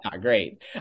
great